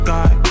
God